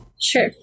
Sure